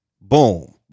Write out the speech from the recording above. boom